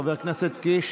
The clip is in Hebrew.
חבר הכנסת קיש?